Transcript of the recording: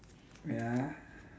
wait ah